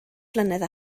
flynedd